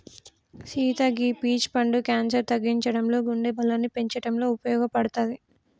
సీత గీ పీచ్ పండు క్యాన్సర్ తగ్గించడంలో గుండె బలాన్ని పెంచటంలో ఉపయోపడుతది